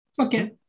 okay